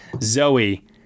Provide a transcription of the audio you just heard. Zoe